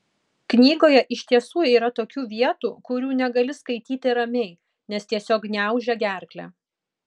knygoje iš tiesų yra tokių vietų kurių negali skaityti ramiai nes tiesiog gniaužia gerklę